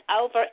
over